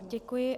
Děkuji.